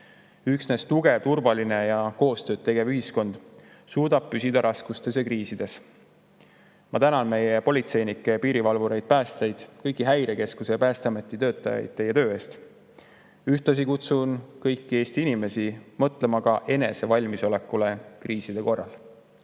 Üksnes tugev, turvaline ja koostööd tegev ühiskond suudab raskustes ja kriisides püsima jääda. Ma tänan meie politseinikke, piirivalvureid, päästjaid, kõiki Häirekeskuse ja Päästeameti töötajaid teie töö eest. Ühtlasi kutsun kõiki Eesti inimesi mõtlema ka enese valmisolekule kriiside korral.